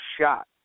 shot